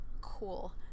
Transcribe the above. Cool